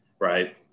right